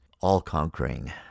all-conquering